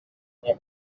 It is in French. ont